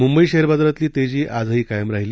Mumbai share बाजारातली तेजी आजही कायम राहीली